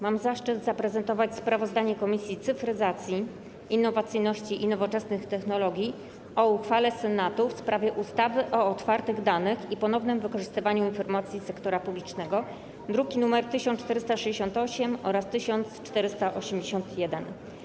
Mam zaszczyt zaprezentować sprawozdanie Komisji Cyfryzacji, Innowacyjności i Nowoczesnych Technologii o uchwale Senatu w sprawie ustawy o otwartych danych i ponownym wykorzystywaniu informacji sektora publicznego, druki nr 1468 oraz 1481.